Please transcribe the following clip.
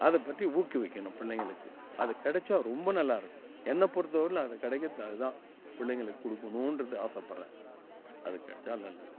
அதை பற்றி ஊக்குவிக்கணும் பிள்ளைங்களுக்கு அது கிடைச்சா ரொம்ப நல்லாயிருக்கும் என்ன பொறுத்த வரையிலும் அது கிடைக்கிறது அதுதான் பிள்ளைகளுக்கு கொடுக்கணுன்றது ஆசைப்படுறேன் அது கிடச்சா நல்லது